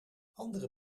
andere